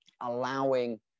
allowing